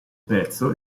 pezzo